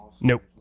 Nope